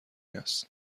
است